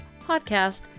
podcast